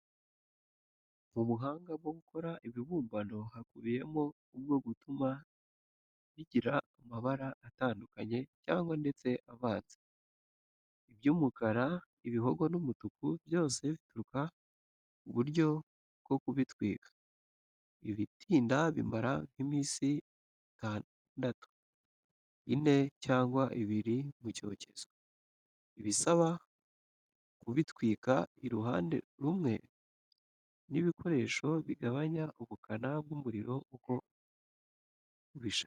Mu buhanga bwo gukora ibibumbano, hakubiyemo ubwo gutuma bigira amabara atandukanye cyangwa ndetse avanze, iby'umukara, ibihogo n'umutuku, byose bituruka ku buryo bwo kubitwika, ibitinda bimara nk'iminsi itandatu, ine cyangwa ibiri mu cyokezo, ibisaba kubitwikira uruhande rumwe n'ibikoresho bigabanya ubukana bw'umuriro, uko ubishaka.